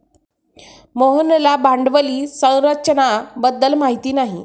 मोहनला भांडवली संरचना बद्दल माहिती नाही